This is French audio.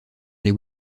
les